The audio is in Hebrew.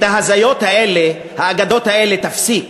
את ההזיות האלה, האגדות האלה, תפסיק.